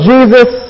Jesus